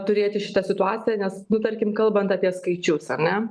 turėti šitą situaciją nes nu tarkim kalbant apie skaičius ar ne